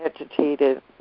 agitated